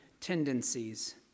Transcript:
tendencies